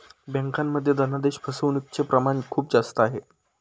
बँकांमध्ये धनादेश फसवणूकचे प्रमाण खूप जास्त आहे